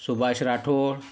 Subhash Rathod